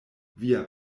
via